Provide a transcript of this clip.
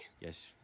Yes